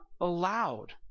allowed